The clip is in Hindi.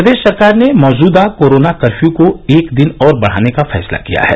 प्रदेश सरकार ने मौजूदा कोरोना कर्फ्यू को एक दिन और बढाने का फैसला किया है